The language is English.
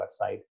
website